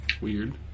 Weird